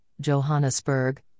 Johannesburg